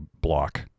block